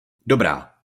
dobrá